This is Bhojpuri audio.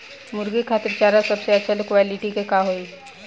मुर्गी खातिर चारा सबसे अच्छा क्वालिटी के का होई?